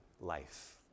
life